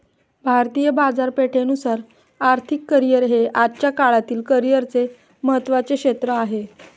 भारतीय बाजारपेठेनुसार आर्थिक करिअर हे आजच्या काळातील करिअरचे महत्त्वाचे क्षेत्र आहे